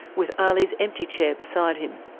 with ali's empty chair beside him.